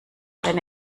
deine